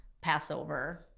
Passover